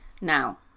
now